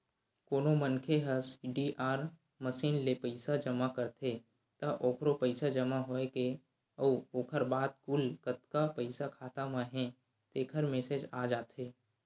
कोनो मनखे ह सीडीआर मसीन ले पइसा जमा करथे त ओखरो पइसा जमा होए के अउ ओखर बाद कुल कतका पइसा खाता म हे तेखर मेसेज आ जाथे